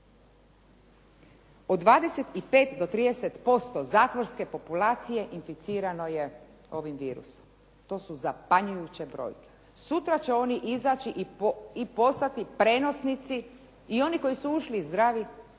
Od 25 do 30% zatvorske populacije inficirano je ovim virusom. To su zapanjujuće brojke. Sutra će oni izaći i postati prijenosnici, i oni koji su ušli zdravi